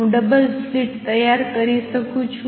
હું double slit તૈયાર કરી શકું છું